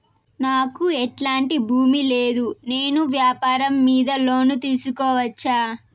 నాకు ఎట్లాంటి భూమి లేదు నేను వ్యాపారం మీద లోను తీసుకోవచ్చా?